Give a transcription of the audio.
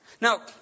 Now